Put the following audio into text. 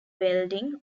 welding